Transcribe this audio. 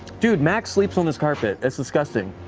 dude, max sleeps on this carpet, it's disgusting.